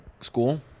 school